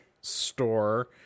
store